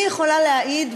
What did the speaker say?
אני יכולה להעיד,